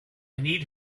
need